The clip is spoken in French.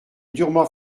durement